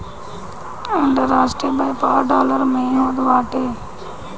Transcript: अन्तरराष्ट्रीय व्यापार डॉलर में ही होत बाटे